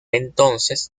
entonces